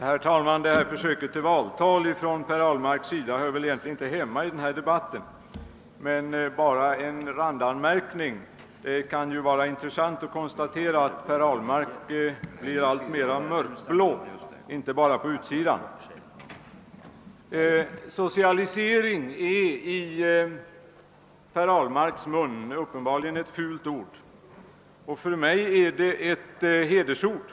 Herr talman! Det här försöket till valtal av herr Ahlmark hör väl egentligen inte hemma i den debatt vi för, men jag vill ändå göra en randanmärkning. Det kan ju vara intressant att konstatera att herr Ahlmark blir alltmer mörkblå — inte bara på utsidan. Socialisering är i herr Ahlmarks mun uppenbarligen ett fult ord. För mig är det ett honnörsord.